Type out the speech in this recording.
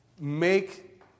make